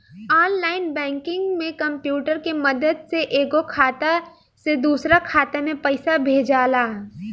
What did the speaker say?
online banking में computer के मदद से एगो खाता से दोसरा खाता में पइसा भेजाला